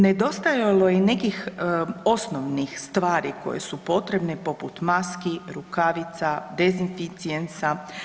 Nedostajalo je i nekih osobnih stvari koje su potrebne poput maski, rukavica, dezinficijensa.